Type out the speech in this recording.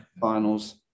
finals